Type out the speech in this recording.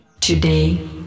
Today